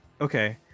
Okay